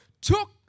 took